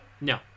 No